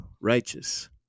righteous